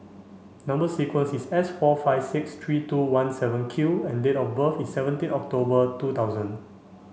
number sequence is S four five six three two one seven Q and date of birth is seventeen October two thousand